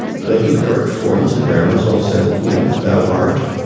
those were the correct forms, the grammars all said. you know, though, art,